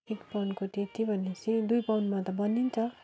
एक पाउन्डको त्यति भनेपछि दुई पाउन्डमा त बनिन्छ